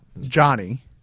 Johnny